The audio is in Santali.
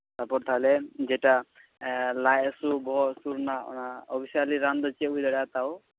ᱛᱟᱯᱚᱨ ᱛᱟᱦᱚᱞᱮ ᱡᱮᱴᱟ ᱞᱟᱡ ᱦᱟᱥᱩ ᱵᱚᱦᱚᱜ ᱦᱟᱥᱩ ᱨᱮᱱᱟᱜ ᱚᱱᱟ ᱚᱯᱷᱤᱥᱤᱭᱟᱞᱤ ᱨᱚᱱ ᱫᱚ ᱪᱮᱫ ᱦᱩᱭ ᱫᱟᱲᱮᱭᱟᱜᱼᱟ ᱛᱟᱣ